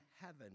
heaven